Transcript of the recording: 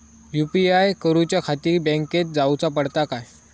UPI करूच्याखाती बँकेत जाऊचा पडता काय?